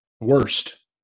Worst